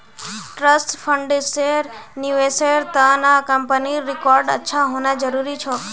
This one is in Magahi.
ट्रस्ट फंड्सेर निवेशेर त न कंपनीर रिकॉर्ड अच्छा होना जरूरी छोक